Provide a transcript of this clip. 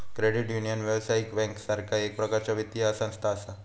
credit union, व्यावसायिक बँकेसारखा एक प्रकारचा वित्तीय संस्था असा